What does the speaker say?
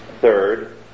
Third